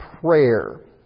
prayer